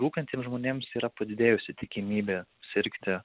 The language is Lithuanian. rūkantiem žmonėms yra padidėjusi tikimybė sirgti